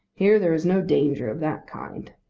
here there is no danger of that kind.